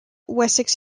wessex